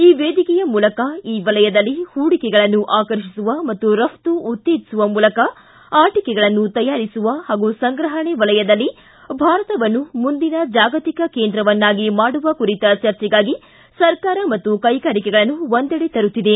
ಈ ವೇದಿಕೆಯ ಮೂಲಕ ಈ ವಲಯದಲ್ಲಿ ಹೂಡಿಕೆಗಳನ್ನು ಆಕರ್ಷಿಸುವ ಮತ್ತು ರಪ್ತು ಉತ್ತೇಜಿಸುವ ಮೂಲಕ ಅಟಿಕೆಗಳನ್ನು ತಯಾರಿಸುವ ಹಾಗೂ ಸಂಗ್ರಹಣೆ ವಲಯದಲ್ಲಿ ಭಾರತವನ್ನು ಮುಂದಿನ ಜಾಗತಿಕ ಕೇಂದ್ರವನ್ನಾಗಿ ಮಾಡುವ ಕುರಿತ ಚರ್ಚೆಗಾಗಿ ಸರ್ಕಾರ ಮತ್ತು ಕೈಗಾರಿಕೆಗಳನ್ನು ಒಂದೆಡೆ ತರುತ್ತಿದೆ